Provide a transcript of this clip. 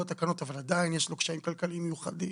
התקנות אבל עדיין יש לו קשיים כלכליים מיוחדים,